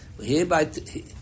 Hereby